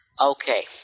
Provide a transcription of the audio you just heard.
Okay